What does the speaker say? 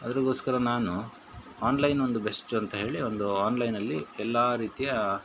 ಅದಕ್ಕೋಸ್ಕರ ನಾನು ಆನ್ಲೈನ್ ಒಂದು ಬೆಸ್ಟ್ ಅಂತ ಹೇಳಿ ಒಂದು ಆನ್ಲೈನಲ್ಲಿ ಎಲ್ಲ ರೀತಿಯ